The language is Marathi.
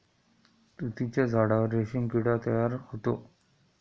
तुतीच्या झाडावर रेशीम किडा तयार होतो